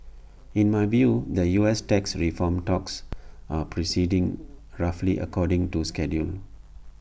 in my view the U S tax reform talks are proceeding roughly according to schedule